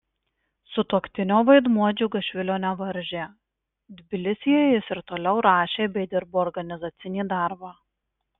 sutuoktinio vaidmuo džiugašvilio nevaržė tbilisyje jis ir toliau rašė bei dirbo organizacinį darbą